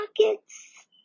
pockets